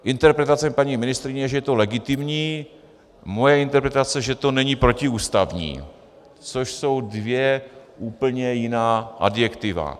Interpretace paní ministryně je, že je to legitimní, moje interpretace je, že to není protiústavní, což jsou dvě úplně jiná adjektiva.